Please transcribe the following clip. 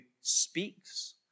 speaks